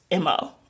MO